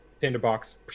tinderbox